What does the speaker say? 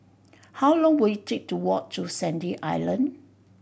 how long will it take to walk to Sandy Island